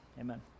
Amen